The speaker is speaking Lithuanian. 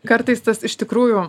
kartais tas iš tikrųjų